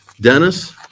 Dennis